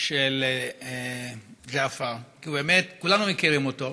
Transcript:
של ג'עפר, כי באמת, כולנו מכירים אותו,